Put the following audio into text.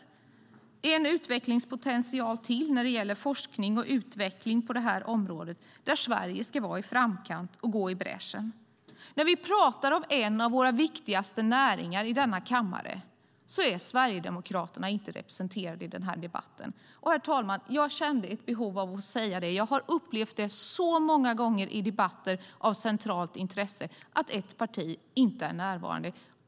Det är en utvecklingspotential till när det gäller forskning och utveckling på det här området, där Sverige ska vara i framkant och gå i bräschen. När vi pratar om en av våra viktigaste näringar i denna kammare är Sverigedemokraterna inte representerade. Herr talman! Jag kände ett behov av att säga det. Jag har upplevt många gånger i debatter av centralt intresse att ett parti inte är närvarande.